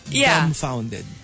dumbfounded